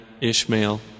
Ishmael